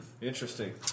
Interesting